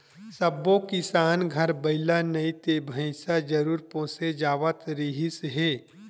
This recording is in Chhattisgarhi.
सब्बो किसान घर बइला नइ ते भइसा जरूर पोसे जावत रिहिस हे